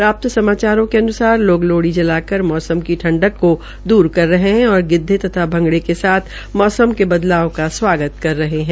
प्राप्त समाचारों के अन्सार लोग लोहड़ी जलाकर मौसम की ठंडक को दूर कर रहे है और गिद्दा और भंगड़े के साथ मौसम के बदलाव का स्वागत कर रहे है